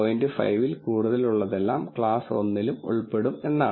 5 ൽ കൂടുതലുള്ളതെല്ലാം ക്ലാസ് 1 ലും ഉൾപ്പെടും എന്നാണ്